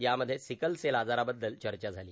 यामध्ये सिकलसेल आजाराबद्दल चर्चा झाली